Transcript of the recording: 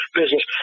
business